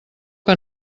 que